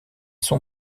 son